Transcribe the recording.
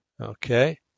Okay